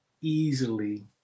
easily